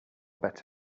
bet